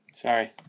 Sorry